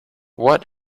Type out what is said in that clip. what